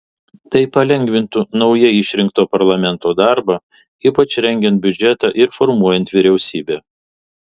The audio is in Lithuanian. tai palengvintų naujai išrinkto parlamento darbą ypač rengiant biudžetą ir formuojant vyriausybę